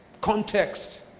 Context